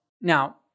Now